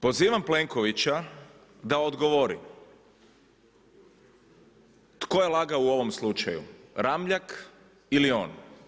Pozivam Plenkovića da odgovori tko je lagao u ovom slučaju, Ramljak ili on?